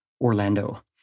Orlando